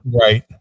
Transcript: Right